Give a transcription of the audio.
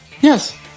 yes